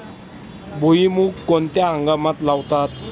भुईमूग कोणत्या हंगामात लावतात?